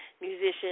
musician